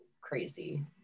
crazy